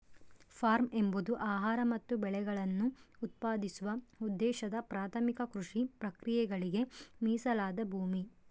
form ಎಂಬುದು ಆಹಾರ ಮತ್ತು ಬೆಳೆಗಳನ್ನು ಉತ್ಪಾದಿಸುವ ಉದ್ದೇಶದ ಪ್ರಾಥಮಿಕ ಕೃಷಿ ಪ್ರಕ್ರಿಯೆಗಳಿಗೆ ಮೀಸಲಾದ ಭೂಮಿ